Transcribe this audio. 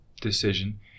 decision